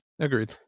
Agreed